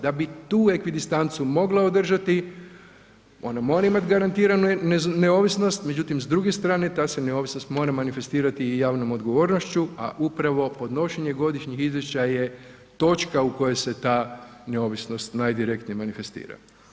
Da bi tu ekvidistancu moglo održati, ona mora imati garantiranu neovisnost međutim s druge strane ta se neovisnost mora manifestirati i javnom odgovornošću a upravo podnošenje godišnjeg izvješća je točka u kojoj se ta neovisnost najdirektnije manifestira.